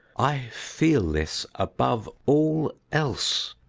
i feel this above all else.